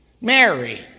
Mary